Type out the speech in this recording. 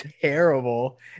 terrible